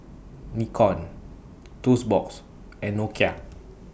Nikon Toast Box and Nokia